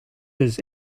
his